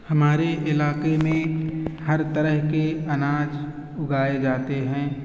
ہمارے علاقے میں ہر طرح کے اناج اگائے جاتے ہیں